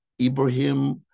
Ibrahim